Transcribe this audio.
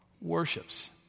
Worships